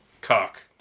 Cock